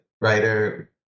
writer